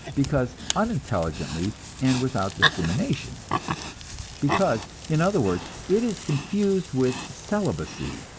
because unintelligently and without discrimination because, in other words, it is confused with celibacy,